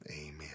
amen